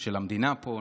של המדינה פה,